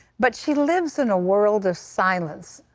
but she lives in a world of silence,